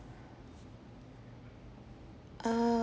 err